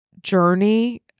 journey